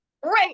great